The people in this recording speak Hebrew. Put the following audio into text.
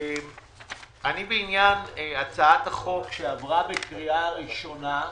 בעניין הצעת החוק שעברה בקריאה ראשונה,